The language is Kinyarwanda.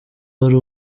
wari